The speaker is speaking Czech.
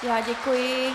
Já děkuji.